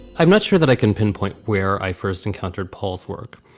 i'm not sure that i can pinpoint where i first encountered paul's work.